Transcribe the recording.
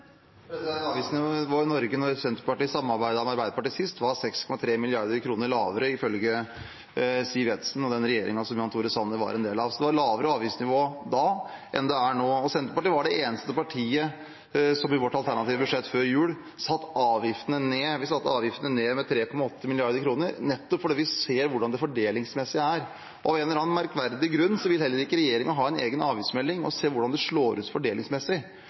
i Norge da Senterpartiet samarbeidet med Arbeiderpartiet sist, var 6,3 mrd. kr lavere, ifølge Siv Jensen og den regjeringen Jan Tore Sanner er en del av. Det var lavere avgiftsnivå da enn det er nå. Senterpartiet var det eneste partiet som i sitt alternative budsjett før jul satte avgiftene ned. Vi satte avgiftene ned med 3,8 mrd. kr nettopp fordi vi så hvordan det var fordelingsmessig. Av en eller annen merkverdig grunn vil regjeringen heller ikke ha en egen avgiftsmelding og se hvordan det slår ut fordelingsmessig.